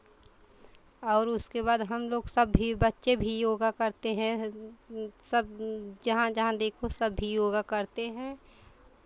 और उसके बाद हम लोग सब भी बच्चे भी योगा करते हैं सब जहाँ जहाँ देखो सब भी योगा करते हैं